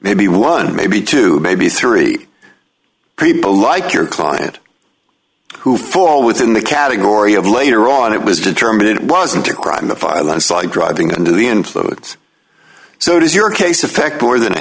maybe one maybe two maybe three people like your client who fall within the category of later on it was determined it wasn't a crime of violence like driving under the influence so does your case affect more than a